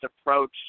approach